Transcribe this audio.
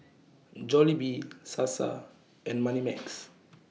Jollibee Sasa and Moneymax